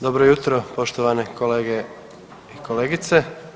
Dobro jutro poštovane kolege i kolegice.